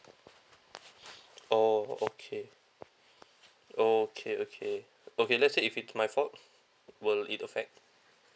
orh okay okay okay okay lets say if it's my fault will it affect